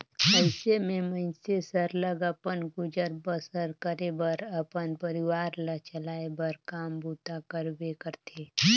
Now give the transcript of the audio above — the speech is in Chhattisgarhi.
अइसे में मइनसे सरलग अपन गुजर बसर करे बर अपन परिवार ल चलाए बर काम बूता करबे करथे